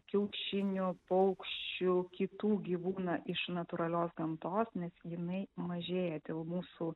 kiaušinių paukščių kitų gyvūną iš natūralios gamtos nes jinai mažėja dėl mūsų